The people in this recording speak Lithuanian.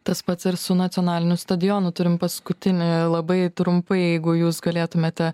tas pats ir su nacionaliniu stadionu turim paskutinį labai trumpai jeigu jūs galėtumėte